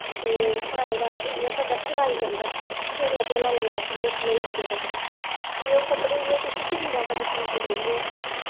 ते पाऐ दा इ'यां बंदा शदाई लगदा झोल्ला झोल्ला लगदा खुल्ले खुल्ले लगदे कपड़े ते ओह् कपड़े इ'यां किश शरीरा कन्नै बनकदे निं हैन